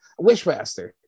wishmaster